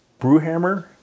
Brewhammer